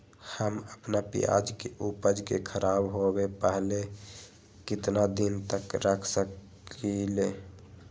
हम अपना प्याज के ऊपज के खराब होबे पहले कितना दिन तक रख सकीं ले?